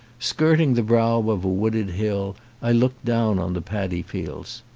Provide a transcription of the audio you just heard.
skirt ing the brow of a wooded hill i look down on the padi fields.